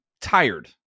tired